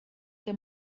que